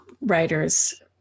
writers